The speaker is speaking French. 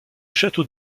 château